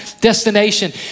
destination